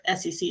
SEC